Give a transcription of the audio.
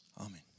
Amen